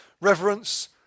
reverence